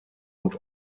und